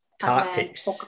tactics